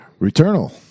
Returnal